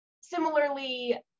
similarly